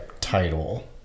title